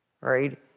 right